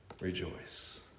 rejoice